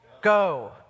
go